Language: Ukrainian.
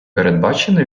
передбачено